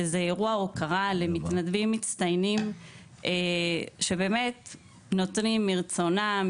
שזה אירוע הוקרה למתנדבים מצטיינים שבאמת נותנים מרצונם,